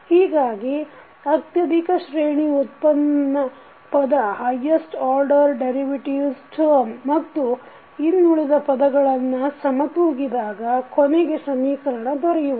ಹೀಗಾಗಿ ಅತ್ಯಧಿಕ ಶ್ರೇಣಿ ವ್ಯುತ್ಪನ್ನ ಪದ ಮತ್ತು ಇನ್ನುಳಿದ ಪದಗಳನ್ನು ಸಮ ತೂಗಿದಾಗ ಕೊನೆಯ ಸಮೀಕರಣ ದೊರೆಯುವುದು